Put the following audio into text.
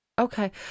Okay